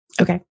Okay